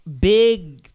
big